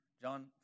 John